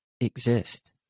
exist